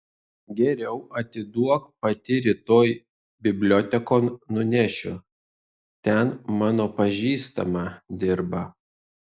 geriau atiduok pati rytoj bibliotekon nunešiu ten mano pažįstama dirba